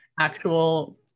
actual